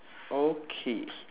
okay